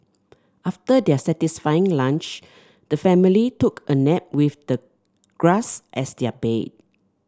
after their satisfying lunch the family took a nap with the grass as their bed